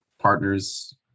partners